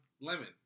Lemon